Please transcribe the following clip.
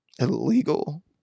Illegal